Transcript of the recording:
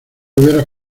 hubiera